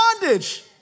bondage